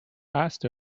asked